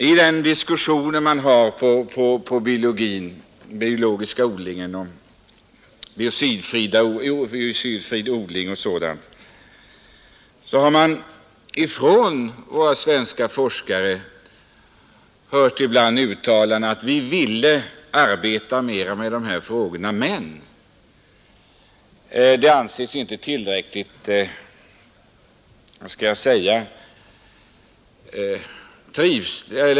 I den diskussion, som förs om den biodynamiska odlingen eller den biocidfria odlingen, har svenska forskare uttalat att de vill arbeta mer med dessa frågor.